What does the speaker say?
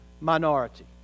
minority